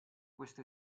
questa